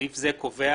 סעיף זה קובע